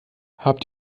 habt